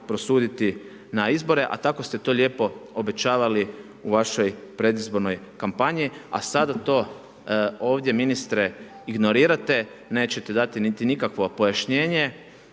prosuditi na izborima, a tako ste to lijepo obećavali u vašoj predizbornoj kampanji, a sada to ovdje ministre ignorirate, nećete dati niti nikakvo pojašnjenje,